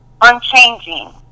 unchanging